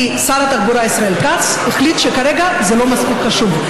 כי שר התחבורה ישראל כץ החליט שכרגע זה לא מספיק חשוב.